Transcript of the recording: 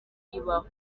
ibaho